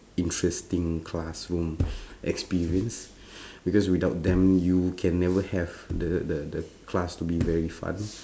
interesting classroom experience because without them you can never have the the the class to be very fun